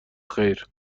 خیر